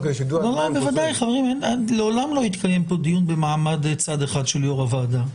לעולם לא יתקיים פה דיון במעמד צד אחד של יו"ר הוועדה.